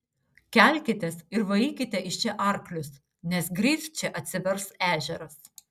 kelkitės ir varykite iš čia arklius nes greit čia atsivers ežeras